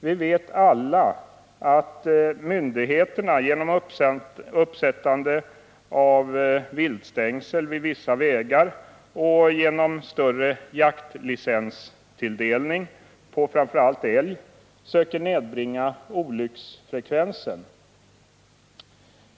Vi vet alla att myndigheterna genom uppsättande av viltstängsel vid vissa vägar och genom ökad jaktlicenstilldelning på framför allt älg söker nedbringa olycksfrekvensen.